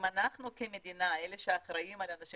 אם אנחנו כמדינה שאחראית על האנשים